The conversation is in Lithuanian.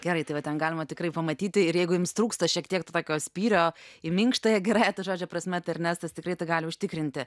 gerai tai va ten galima tikrai pamatyti ir jeigu jums trūksta šiek tiek to tokio spyrio į minkštąją gerąja to žodžio prasme tai ernestas tikrai tą gali užtikrinti